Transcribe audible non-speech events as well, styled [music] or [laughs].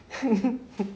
[laughs]